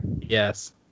Yes